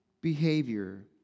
behavior